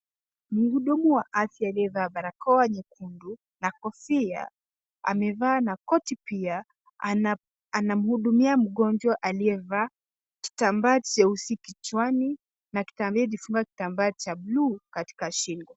Mhudumu wa afya aliyevaa barakoa nyekundu na kofia amevaa na koti pia anamhudumia mgonjwa aliyevaa kitambaa cheusi kichwani. Daktari mwenyewe amejifunga kitambaa cha bluu katika shingo.